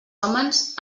hòmens